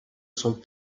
sont